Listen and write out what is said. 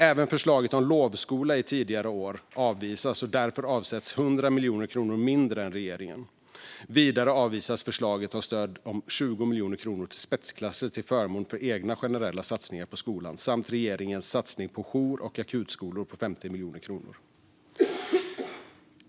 Även förslaget om lovskola i tidigare år avvisas, och därför avsätts 100 miljoner kronor mindre än i regeringens förslag. Vidare avvisas förslaget om stöd om 20 miljoner kronor till spetsklasser till förmån för egna generella satsningar på skolan samt regeringens satsning på jour och akutskolor på 50 miljoner kronor.